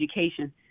education